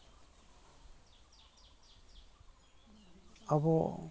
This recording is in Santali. ᱟᱵᱚ